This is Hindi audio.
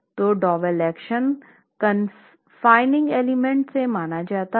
तो डोवेल एक्शन कॉन्फ़िनिंग एलिमेंट्स में माना जाता है